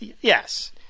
yes